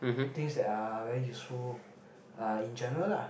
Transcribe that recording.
things that are very useful uh in general lah